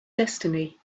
destiny